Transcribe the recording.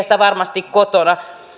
sitä varmasti kotona